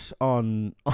on